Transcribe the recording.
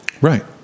right